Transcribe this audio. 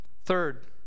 Third